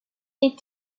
est